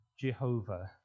Jehovah